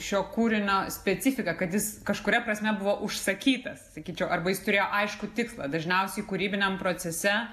šio kūrinio specifika kad jis kažkuria prasme buvo užsakytas sakyčiau arba jis turėjo aiškų tikslą dažniausiai kūrybiniam procese